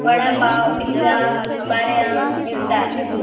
vada pav pizza हमारे यहाँ मिलता है